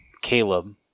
Caleb